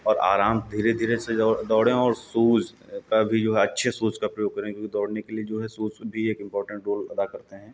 और आराम धीरे धीरे से दो दौड़ें और सूज़ का भी जो है अच्छे सूज़ का प्रयोग करें क्योंकि दौड़ने के लिए जो है सूज़ भी एक इम्पॉर्टेन्ट रोल अदा करते हैं